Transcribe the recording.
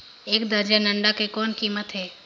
एक दर्जन अंडा के कौन कीमत हे?